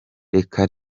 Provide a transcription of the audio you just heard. reka